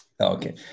Okay